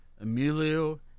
Emilio